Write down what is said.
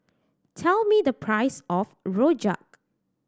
tell me the price of rojak